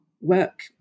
work